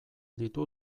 ditu